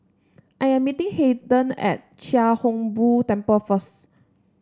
I am meeting Harden at Chia Hung Boo Temple first